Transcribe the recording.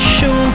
show